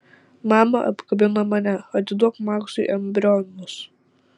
mama apkabina mane atiduok maksui embrionus